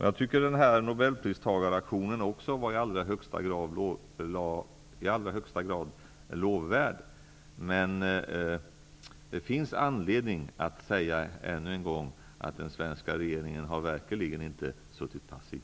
Jag tycker att nobelpristagaraktionen i allra högsta grad var lovvärd. Men det finns anledning att säga ännu en gång att den svenska regeringen verkligen inte har suttit passiv.